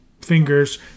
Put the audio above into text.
fingers